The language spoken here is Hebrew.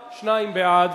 נגד, 19. שניים בעד.